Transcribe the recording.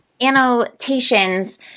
annotations